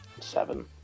seven